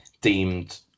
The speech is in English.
deemed